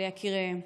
ליקיריהם.